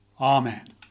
amen